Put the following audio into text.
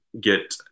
get